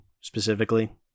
specifically